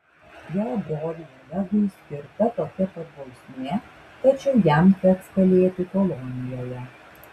jo broliui olegui skirta tokia pat bausmė tačiau jam teks kalėti kolonijoje